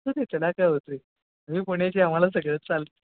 तेच मी नाही काही होत रे मी पुण्याची आम्हाला सगळं चालते